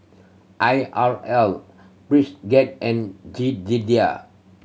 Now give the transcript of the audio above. I R L Bridgett and Jedidiah